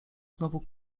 znowu